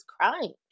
crying